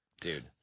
dude